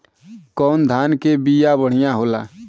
कौन धान के बिया बढ़ियां होला?